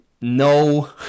No